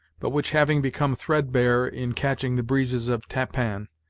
but which having become threadbare in catching the breezes of tappan,